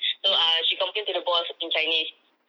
so uh she complain to the boss in chinese